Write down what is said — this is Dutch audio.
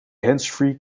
handsfree